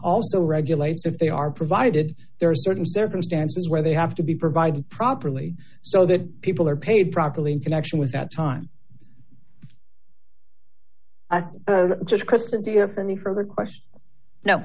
also regulates if they are provided there are certain circumstances where they have to be provided properly so that people are paid properly in connection with that time just